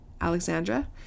Alexandra